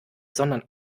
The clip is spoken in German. sondern